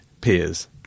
peers